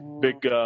big